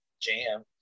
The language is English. jam